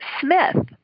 Smith